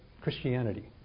Christianity